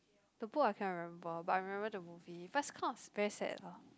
the book I can't remember but I remember the movie but is kind of very sad